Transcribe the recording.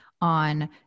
on